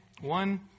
One